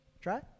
Try